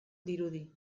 dirudi